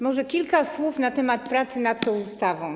Może kilka słów na temat pracy nad tą ustawą.